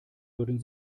würden